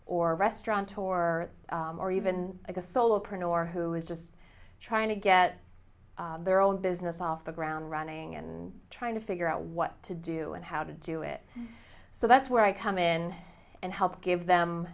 or restaurant or or even a solo printer or who is just trying to get their own business off the ground running and trying to figure out what to do and how to do it so that's where i come in and help give them